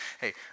Hey